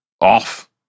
off